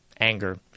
anger